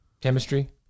Chemistry